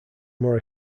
more